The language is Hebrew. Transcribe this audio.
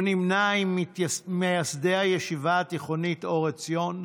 הוא נמנה עם מייסדי הישיבה התיכונית אור עציון,